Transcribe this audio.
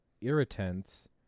irritants